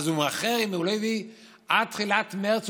אז אם הוא לא הביא עד תחילת מרץ,